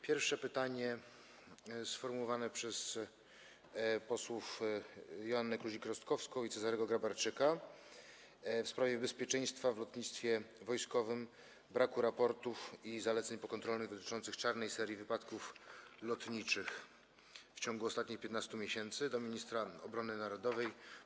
Pierwsze pytanie, sformułowane przez posłów Joannę Kluzik-Rostkowską i Cezarego Grabarczyka, w sprawie bezpieczeństwa w lotnictwie wojskowym, braku raportów i zaleceń pokontrolnych dotyczących czarnej serii wypadków lotniczych w ciągu ostatnich 15 miesięcy, jest kierowane do ministra obrony narodowej.